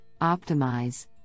optimize